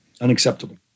Unacceptable